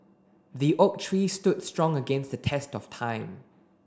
the oak tree stood strong against the test of time